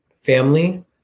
Family